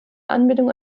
anbindung